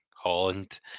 Holland